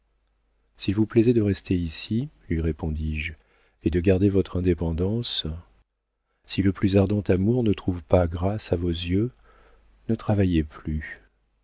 s'il vous plaisait de rester ici lui répondis-je et de garder votre indépendance si le plus ardent amour ne trouve pas grâce à vos yeux ne travaillez plus